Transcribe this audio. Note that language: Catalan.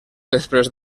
després